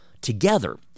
Together